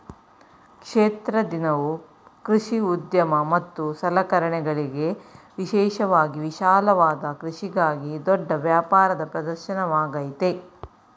ಕ್ಷೇತ್ರ ದಿನವು ಕೃಷಿ ಉದ್ಯಮ ಮತ್ತು ಸಲಕರಣೆಗಳಿಗೆ ವಿಶೇಷವಾಗಿ ವಿಶಾಲವಾದ ಕೃಷಿಗಾಗಿ ದೊಡ್ಡ ವ್ಯಾಪಾರದ ಪ್ರದರ್ಶನವಾಗಯ್ತೆ